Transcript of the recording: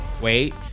Wait